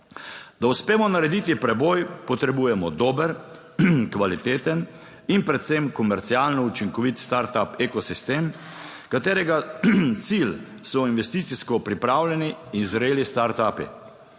Da uspemo narediti preboj, potrebujemo dober, kvaliteten in predvsem komercialno učinkovit startup ekosistem, katerega cilj so investicijsko pripravljeni in zreli startupi.